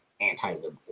anti-liberal